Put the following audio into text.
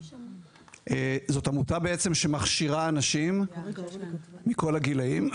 זאת עמותה שמכשירה אנשים מכל הגילאים לספר